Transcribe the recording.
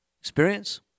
experience